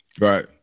Right